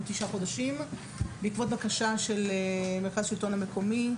בעקבות בקשה של מרכז השלטון המקומי,